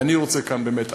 ואני רוצה כאן באמת,